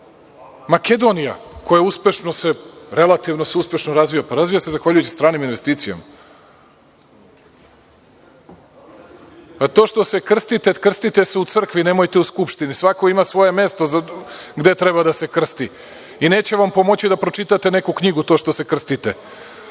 Makedonija koja se uspešno, relativno se uspešno razvija. Razvija se zahvaljujući stranim investicijama, a to što se krstite, krstite se u crkvi nemojte u Skupštini svako ima svoje mesto gde treba da se krsti i neće vam pomoći da pročitate neku knjigu to što se krstite,